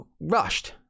rushed